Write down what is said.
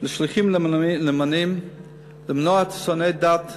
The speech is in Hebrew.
שליחים נאמנים למנוע משונאי דת,